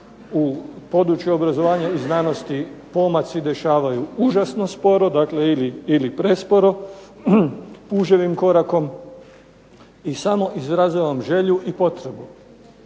u području obrazovanja i znanosti pomaci dešavaju užasno sporo ili presporo, puževim korakom. I samo izražavam želju i potrebu